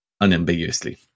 unambiguously